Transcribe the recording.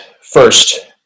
first